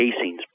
casings